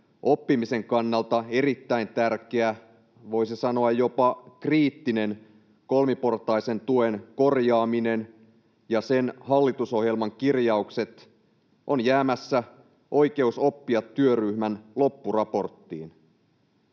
oppimisen kannalta erittäin tärkeä, voisi sanoa, jopa kriittinen kolmiportaisen tuen korjaaminen ja sen hallitusohjelman kirjaukset ovat jäämässä Oikeus oppia ‑työryhmän loppuraporttiin.